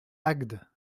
agde